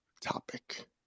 topic